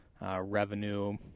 revenue